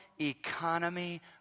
economy